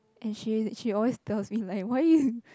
and she she always tells me like why you